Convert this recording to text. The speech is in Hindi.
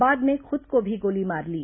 बाद में खुद को भी गोली मार ली